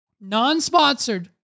non-sponsored